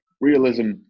Realism